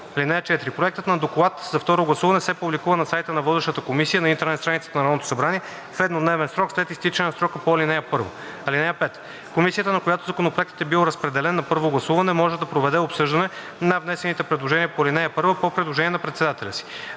(4) Проектът на доклад за второ гласуване се публикува на сайта на водещата комисия на интернет страницата на Народното събрание в еднодневен срок след изтичане на срока по ал. 1. (5) Комисия, на която законопроектът е бил разпределен на първо гласуване, може да проведе обсъждане на внесените предложения по ал. 1 по предложение на председателя си.